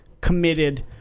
committed